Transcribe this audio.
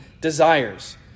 desires